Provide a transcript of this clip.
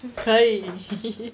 可以